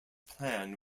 plan